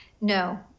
No